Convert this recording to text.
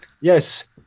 Yes